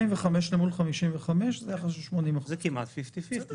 45% למול 55% זה יחס של 80%. זה כמעט fifty-fifty,